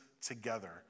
together